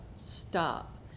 stop